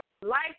life